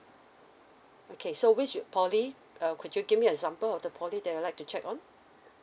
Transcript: okay so which poly uh could you give me example of the poly that you would like to check on